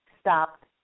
stopped